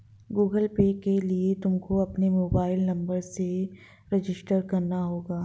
Google Pay के लिए तुमको अपने मोबाईल नंबर से रजिस्टर करना होगा